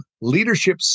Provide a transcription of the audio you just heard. leadership